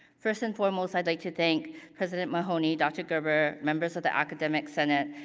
first and foremost, i'd like to thank president mahoney, dr. gerber, members of the academic senate,